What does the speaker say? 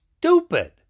stupid